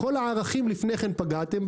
בכל הערכים פגעתם,